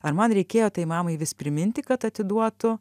ar man reikėjo tai mamai vis priminti kad atiduotų